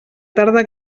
tarda